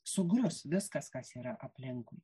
sugrius viskas kas yra aplinkui